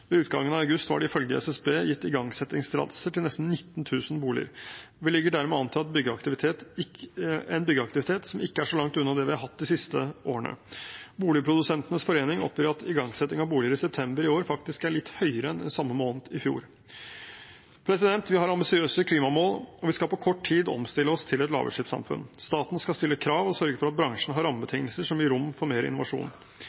Ved utgangen av august var det ifølge SSB gitt igangsettingstillatelser til nesten 19 000 boliger. Det ligger dermed an til en byggeaktivitet som ikke er så langt unna den vi har hatt de siste årene. Boligprodusentenes Forening oppgir at igangsetting av boliger i september i år faktisk er litt høyere enn samme måned i fjor. Vi har ambisiøse klimamål, og vi skal på kort tid omstille oss til et lavutslippssamfunn. Staten skal stille krav og sørge for at bransjen har